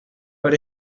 per